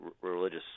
religious